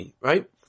right